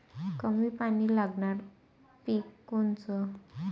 कमी पानी लागनारं पिक कोनचं?